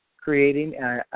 creating